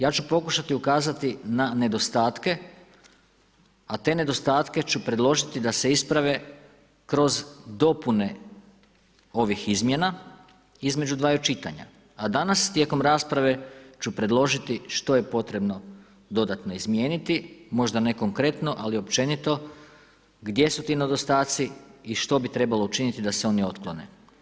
Ja ću pokušati ukazati na nedostatke a te nedostatke ću predložiti da se isprave kroz dopune ovih izmjena između dvaju čitanja, danas tijekom rasprave ću predložiti što je potrebno dodatno izmijeniti, možda ne konkretno ali općenito, gdje su ti nedostaci i što bi trebalo učiniti da se oni otklone.